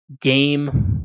game